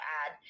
add